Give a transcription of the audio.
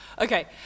Okay